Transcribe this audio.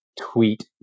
tweet